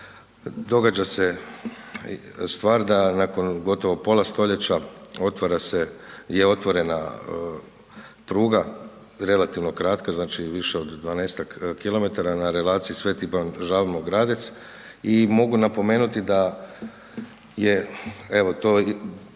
događa se stvar da nakon gotovo pola stoljeća je otvorena pruga relativno kratka, znači više od 12-ak kilometara na relaciji Sv. Ivan Žabno-Gradec i mogu napomenuti da je evo